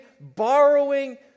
borrowing